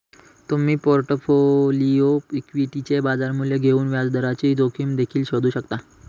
तुम्ही पोर्टफोलिओ इक्विटीचे बाजार मूल्य घेऊन व्याजदराची जोखीम देखील शोधू शकता